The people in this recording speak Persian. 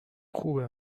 خوبه